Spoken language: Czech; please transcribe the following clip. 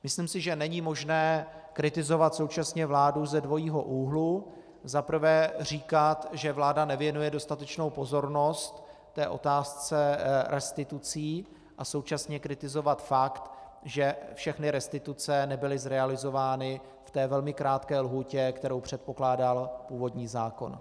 Myslím si, že není možné kritizovat vládu ze dvojího úhlu, za prvé říkat, že vláda nevěnuje dostatečnou pozornost otázce restitucí, a současně kritizovat fakt, že všechny restituce nebyly zrealizovány v té velmi krátké lhůtě, kterou předpokládal původní zákon.